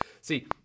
See